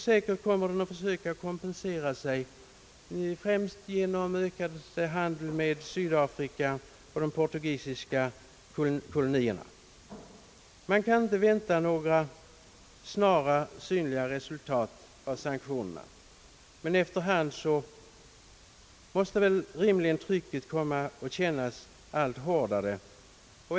Säkert kommer den att försöka kompensera sig, främst genom ökad handel med Sydafrika och de portugisiska kolonierna. Man kan inte vänta några snara synliga resultat av sanktionerna, men efter hand måste rimligen trycket kännas allt hårdare.